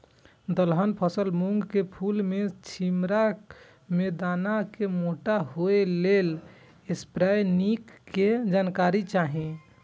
दलहन फसल मूँग के फुल में छिमरा में दाना के मोटा होय लेल स्प्रै निक के जानकारी चाही?